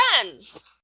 friends